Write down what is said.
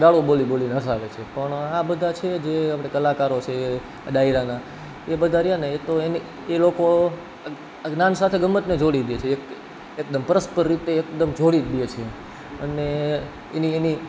ગાળો બોલી બોલીને હસાવે છે પણ આ બધા છે જે આપણે કલાકારો છે ડાયરાના એ બધા રહ્યાને એ તો એને એ લોકો જ્ઞાન સાથે ગમ્મતને જોડી દે છે એકદમ પરસ્પર રીતે એકદમ જોડી દે છે અને એની